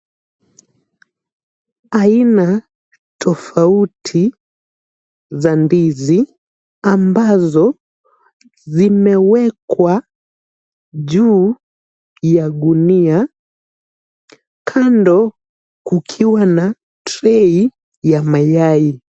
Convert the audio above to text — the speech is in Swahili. Aina tofauti za ndizi ambazo zimewekwa juu ya gunia kando kukiwa na trei ya mayai.